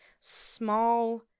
small